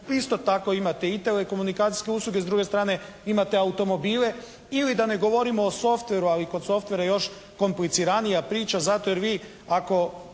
Isto tako imate i telekomunikacijske usluge, s druge strane imate automobile. Ili da ne govorimo o softveru, ali kod softvera još je kompliciranija priča zato jer vi ako